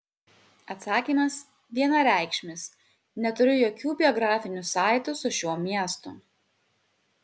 atsakymas vienareikšmis neturiu jokių biografinių saitų su šiuo miestu